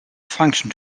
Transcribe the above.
function